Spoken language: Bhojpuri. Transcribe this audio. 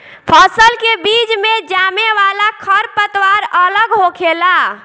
फसल के बीच मे जामे वाला खर पतवार अलग होखेला